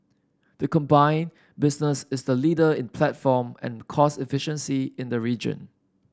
the combined business is the leader in platform and cost efficiency in the region